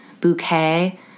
bouquet